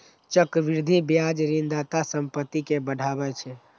चक्रवृद्धि ब्याज ऋणदाताक संपत्ति कें बढ़ाबै छै